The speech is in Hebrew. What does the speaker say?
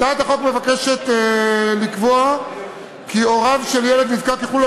הצעת החוק מבקשת לקבוע כי הוריו של ילד נזקק יוכלו